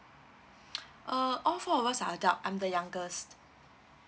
uh all four of us are adult I'm the youngest